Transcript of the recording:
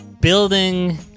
building